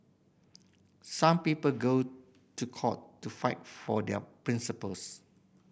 some people go to court to fight for their principles